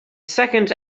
second